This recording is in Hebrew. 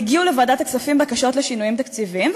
יגיעו לוועדת הכספים בקשות לשינויים תקציביים,